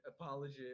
apology